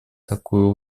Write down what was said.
такую